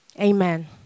Amen